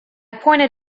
pointed